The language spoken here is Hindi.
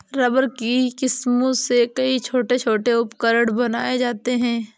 रबर की किस्मों से कई छोटे छोटे उपकरण बनाये जाते हैं